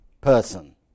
person